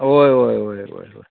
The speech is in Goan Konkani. वोय वोय वोय वोय वोय